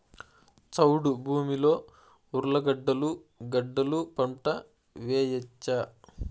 చౌడు భూమిలో ఉర్లగడ్డలు గడ్డలు పంట వేయచ్చా?